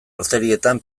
arterietan